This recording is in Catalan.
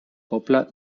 poble